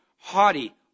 haughty